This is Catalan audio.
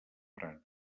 frança